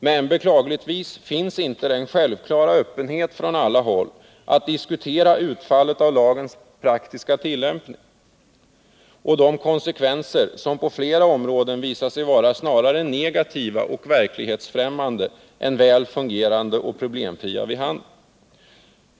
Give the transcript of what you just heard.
Men beklagligtvis finns inte den självklara öppenheten från alla håll att diskutera utfallet av lagens praktiska tillämpning och de konsekvenser som på flera områden visat sig vara snarare negativa och verklighetsfrämmande än väl fungerande och problemfria.